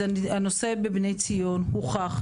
הנושא בבני ציון הוכח,